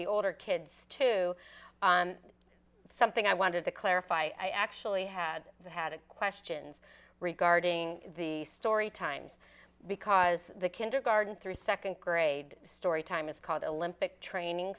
the older kids to something i wanted to clarify i actually had had a questions regarding the story times because the kindergarten through second grade storytime is called the limbic training